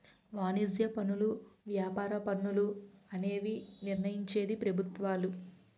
వాణిజ్య పనులు వ్యాపార పన్నులు అనేవి నిర్ణయించేది ప్రభుత్వాలు